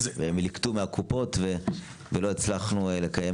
הם ליקטו מהקופות ולא הצלחנו לקיים